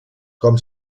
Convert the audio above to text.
com